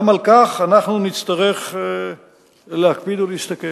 גם על כך אנחנו נצטרך להקפיד ולהסתכל.